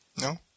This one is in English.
No